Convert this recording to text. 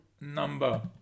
number